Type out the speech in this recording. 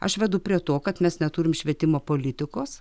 aš vedu prie to kad mes neturim švietimo politikos